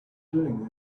doing